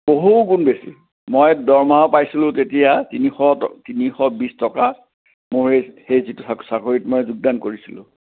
বহু গুণ বেছি মই দৰমহা পাইছিলোঁ তেতিয়া তিনিশ ট তিনিশ বিছ টকা মোৰ সেই যিটো চা চাকৰীত মই যোগদান কৰিছিলোঁ